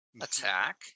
attack